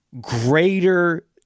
greater